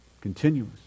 continuous